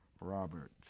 Robert